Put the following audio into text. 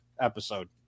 episode